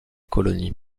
colonies